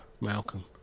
Malcolm